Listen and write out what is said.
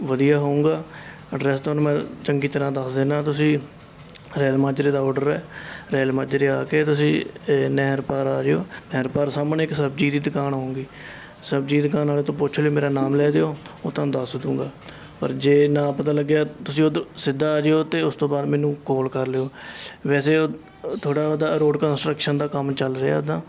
ਵਧੀਆ ਹੋਊਂਗਾ ਐਡਰੈਸ ਤੁਹਾਨੂੰ ਮੈਂ ਚੰਗੀ ਤਰ੍ਹਾਂ ਦੱਸ ਦਿੰਨਾ ਤੁਸੀਂ ਰੈਲਮਾਜਰੇ ਦਾ ਔਡਰ ਹੈ ਰੈਲਮਾਜਰੇ ਆ ਕੇ ਤੁਸੀਂ ਨਹਿਰ ਪਾਰ ਆ ਜਿਓ ਨਹਿਰ ਪਾਰ ਸਾਹਮਣੇ ਇੱਕ ਸਬਜ਼ੀ ਦੀ ਦੁਕਾਨ ਆਵੇਗੀ ਸਬਜ਼ੀ ਦੀ ਦੁਕਾਨ ਵਾਲੇ ਤੋਂ ਪੁੱਛ ਲਿਓ ਮੇਰਾ ਨਾਮ ਲੈ ਦਿਓ ਉਹ ਤੁਹਾਨੂੰ ਦੱਸ ਦੂੰਗਾ ਪਰ ਜੇ ਨਾ ਪਤਾ ਲੱਗਿਆ ਤੁਸੀਂ ਉਹਤ ਸਿੱਧਾ ਆ ਜਿਓ ਅਤੇ ਉਸ ਤੋਂ ਬਾਅਦ ਮੈਨੂੰ ਕੋਲ ਕਰ ਲਿਓ ਵੈਸੇ ਥੋੜ੍ਹਾ ਉਹਦਾ ਰੋਡ ਕੰਸਟਰਕਸ਼ਨ ਦਾ ਕੰਮ ਚੱਲ ਰਿਹਾ ਉਹਦਾ